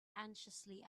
anxiously